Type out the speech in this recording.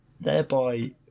Thereby